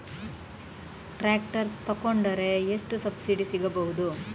Tractor ತೊಕೊಂಡರೆ ಎಷ್ಟು subsidy ಸಿಗಬಹುದು?